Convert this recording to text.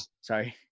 Sorry